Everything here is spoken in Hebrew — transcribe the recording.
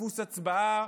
דפוס הצבעה,